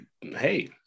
Hey